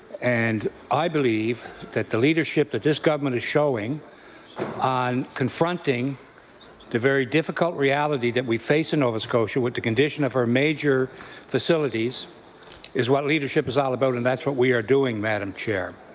and i believe that the leadership that this government is showing on confronting the very difficult reality that we face in nova scotia with the condition of our major facilities is what leadership is all about and that's what we are doing madam chair.